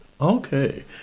Okay